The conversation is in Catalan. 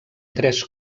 tres